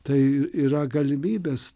tai yra galimybės